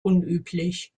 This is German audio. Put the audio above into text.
unüblich